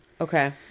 okay